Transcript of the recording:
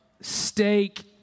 steak